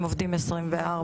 הם עובדים 24/6,